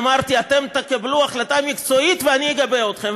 אמרתי, אתם תקבלו החלטה מקצועית, ואני אגבה אתכם.